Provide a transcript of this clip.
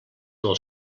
del